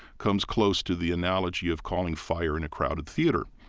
comes close to the analogy of calling fire in a crowded theater.